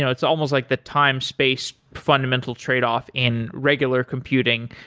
it's almost like the time space fundamental tradeoff in regular computing.